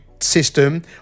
system